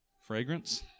Fragrance